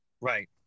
Right